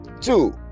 two